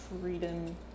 freedom